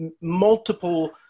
multiple